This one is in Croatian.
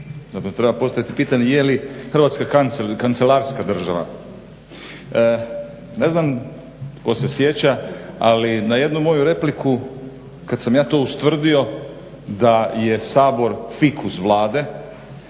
treba postaviti pitanje je li Hrvatska kancelarska država. Ne znam tko se sjeća, ali na jednu moju repliku kad sam ja to ustvrdio da je Sabor fikus Vlade